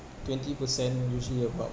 twenty percent usually about